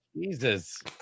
Jesus